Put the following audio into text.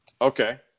Okay